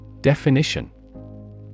Definition